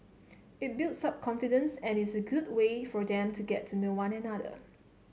it builds up confidence and is a good way for them to get to know one another